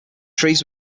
trees